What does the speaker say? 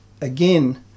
again